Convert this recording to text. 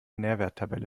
nährwerttabelle